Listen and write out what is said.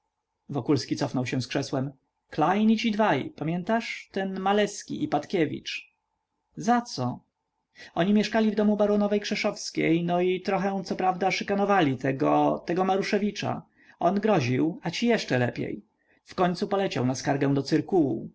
wokulski cofnął się z krzesłem klejn i ci dwaj pamiętasz ten maleski i patkiewicz zaco oni mieszkali w domu baronowej krzeszowskiej no i trochę coprawda szykanowali tego tego maruszewicza on groził a ci jeszcze lepiej w końcu poleciał na skargę do cyrkułu